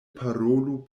parolu